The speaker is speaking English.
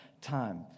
time